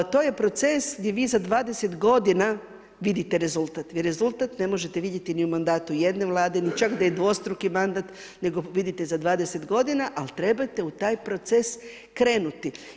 To je proces gdje vi za 20 godina vidite rezultat jer rezultat ne možete vidjeti ni u mandatu jedne vlade, čak ni dvostruki mandat, nego vidite za 20 godina, ali trebate u taj proces krenuti.